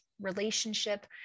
relationship